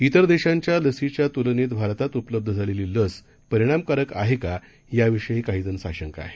तिर देशांच्या लसीच्या तुलनेत भारतात उपलब्ध झालेली लस परिणामकारक आहे का याविषयी काहीजण साशंक आहेत